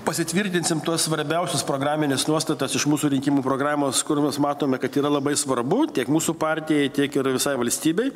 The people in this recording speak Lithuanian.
pasitvirtinsim tas svarbiausias programines nuostatas iš mūsų rinkimų programos kur mes matome kad yra labai svarbu tiek mūsų partijai tiek ir visai valstybei